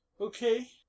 Okay